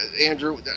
Andrew